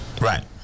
Right